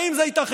האם זה ייתכן?